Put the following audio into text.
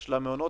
וישנם מעונות